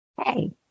hey